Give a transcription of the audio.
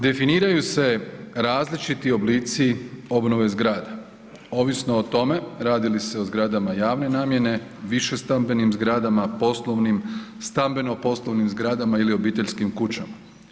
Definiraju se različiti oblici obnove zgrada, ovisno o tome radi li se o zgradama javne namjene, višestambenim zgradama, poslovnim, stambeno-poslovnim zgradama ili obiteljskim kućama.